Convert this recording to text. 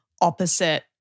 opposite